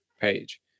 page